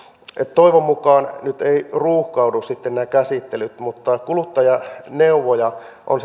toivon mukaan nyt eivät ruuhkaudu sitten nämä käsittelyt mutta kuluttajaneuvoja on